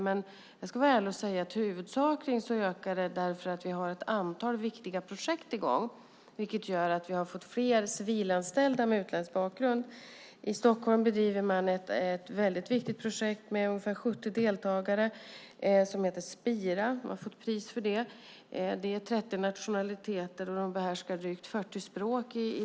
Men jag ska vara ärlig och säga att det huvudsakligen ökade för att vi har ett antal viktiga projekt i gång vilket gör att vi har fått fler civilanställda med utländsk bakgrund. I Stockholm bedriver man ett väldigt viktigt projekt med ungefär 70 deltagare som heter Spira. Det är 30 nationaliteter representerade bland dem, och de behärskar drygt 40 språk.